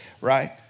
right